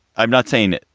i'm not saying